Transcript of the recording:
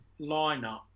lineup